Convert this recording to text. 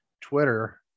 Twitter